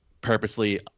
purposely